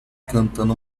cantando